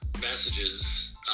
messages